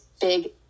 big